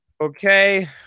Okay